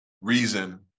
reason